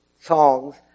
songs